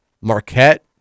Marquette